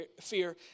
fear